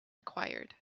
required